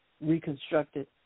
reconstructed